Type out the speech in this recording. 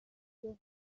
گیاه